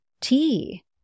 tea